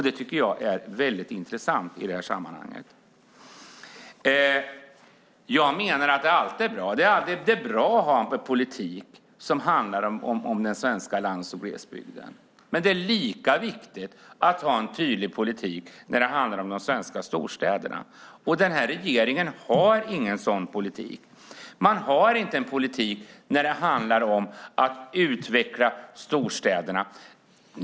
Det tycker jag är intressant i sammanhanget. Jag menar att det alltid är bra att ha en politik som handlar om den svenska lands och glesbygden. Men det är lika viktigt att ha en tydlig politik när det handlar om de svenska storstäderna. Regeringen har ingen sådan politik. Den har ingen politik när det handlar om att utveckla storstäderna.